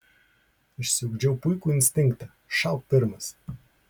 išsiugdžiau puikų instinktą šauk pirmas